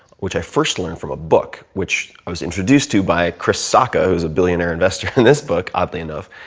which i first learned from a book which i was introduced to by chris sacca who's a billionaire investor in this book oddly enough.